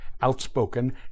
outspoken